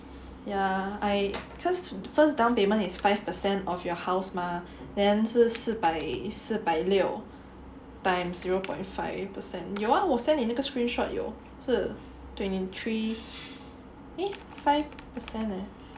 ya I cause the first down payment is five per cent of your house mah then 是四百四百六 times zero point five percent 有 ah 我 send 你那个 screenshot 有是 twenty three eh five percent eh